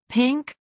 pink